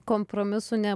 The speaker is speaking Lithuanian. kompromisų ne